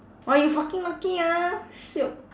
!wah! you fucking lucky ah shiok